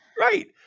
Right